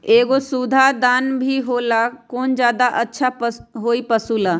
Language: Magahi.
एगो सुधा दाना भी होला कौन ज्यादा अच्छा होई पशु ला?